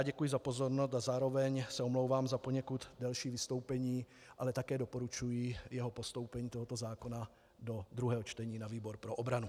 Děkuji za pozornost a zároveň se omlouvám za poněkud delší vystoupení, ale také doporučuji postoupení tohoto zákona do druhého čtení na výbor pro obranu.